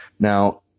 Now